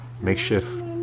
makeshift